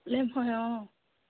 problem হয় অঁ